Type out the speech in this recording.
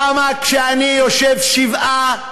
למה כשאני יושב שבעה,